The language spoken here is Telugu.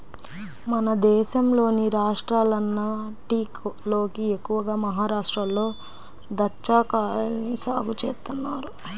మన దేశంలోని రాష్ట్రాలన్నటిలోకి ఎక్కువగా మహరాష్ట్రలో దాచ్చాకాయల్ని సాగు చేత్తన్నారు